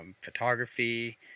photography